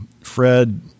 Fred